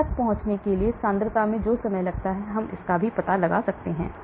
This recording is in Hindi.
इस तक पहुँचने के लिए सांद्रता में जो समय लगता है हम इसका पता लगा सकते हैं